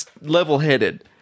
level-headed